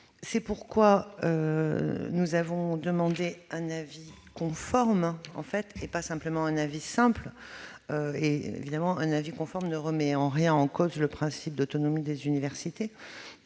c'est pourquoi nous avons prévu un avis conforme, et pas un avis simple. Un avis conforme ne remet aucunement en cause le principe d'autonomie des universités.